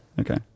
Okay